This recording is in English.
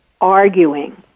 arguing